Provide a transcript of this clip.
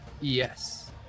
Yes